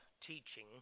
teaching